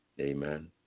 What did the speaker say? Amen